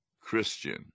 Christian